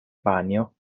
panjo